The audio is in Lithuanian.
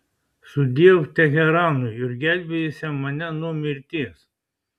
sudiev teheranui išgelbėjusiam mane nuo mirties